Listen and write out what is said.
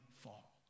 fall